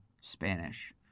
Spanish